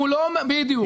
בדיוק.